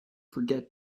forget